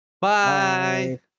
Bye